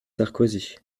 sarkozy